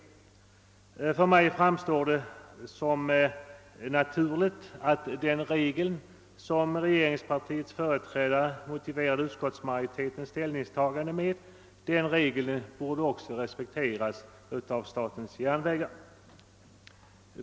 För mig framstår det som naturligt att den regel, som regeringspartiets företrädare motiverade utskottsmajoritetens ställningstagande med, också borde respekteras av statens järnvägar.